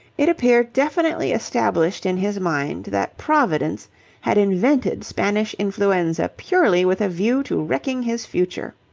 it appeared definitely established in his mind that providence had invented spanish influenza purely with a view to wrecking his future.